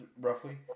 Roughly